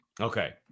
okay